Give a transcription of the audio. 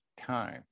time